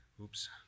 Oops